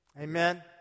Amen